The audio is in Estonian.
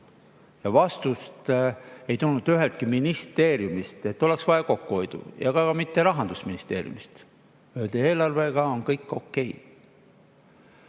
Vastust ei tulnud ühestki ministeeriumist, et oleks vaja kokkuhoidu, ja ka mitte Rahandusministeeriumist. Öeldi, et eelarvega on kõik okei.